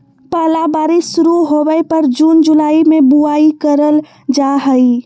पहला बारिश शुरू होबय पर जून जुलाई में बुआई करल जाय हइ